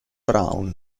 brown